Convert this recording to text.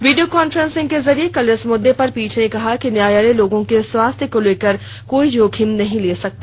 video conference के जरिए कल इस मुद्दे पर पीठ ने कहा कि न्यायालय लोगों के स्वास्थ्य को लेकर कोई जोखिम नहीं ले सकता